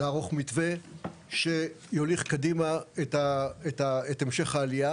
לערוך מתווה שיוליך קדימה את המשך העלייה